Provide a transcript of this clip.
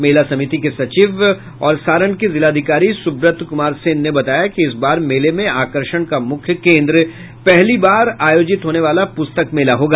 मेला समिति के सचिव एवं सारण के जिलाधिकारी सुब्रत कुमार सेन बताया कि इस बार मेले में आकर्षण का मुख्य केंद्र पहली बार आयोजित होने वाला पुस्तक मेला होगा